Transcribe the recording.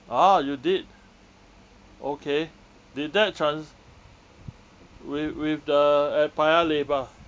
ah you did okay did that trans~ with with the at paya lebar